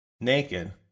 naked